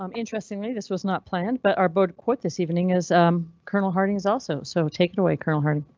um interestingly this was not planned, but our boat quote this evening is um colonel harting's also. so take it away, colonel harting.